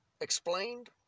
explained